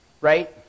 right